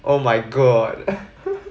oh my god